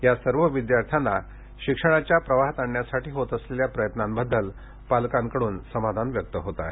या सर्व विद्यार्थ्यांना शिक्षणाच्या प्रवाहात आणण्यासाठी होत असलेल्या प्रयत्नांबद्दल पालकांमधून समाधान व्यक्त होत आहे